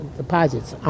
deposits